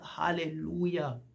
hallelujah